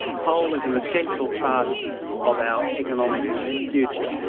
coal is an essential part of our economic future,